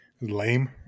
Lame